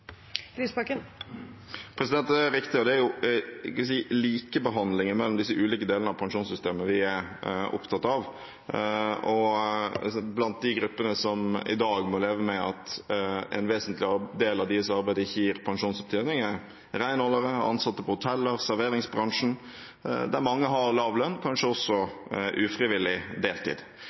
Det er riktig, og det er likebehandlingen mellom disse ulike delene av pensjonssystemet vi er opptatt av. Blant de gruppene som i dag må leve med at en vesentlig del av deres arbeid ikke gir pensjonsopptjening, er renholdere, ansatte på hoteller, serveringsbransjen, der mange har lav lønn, kanskje også ufrivillig deltid.